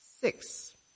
Six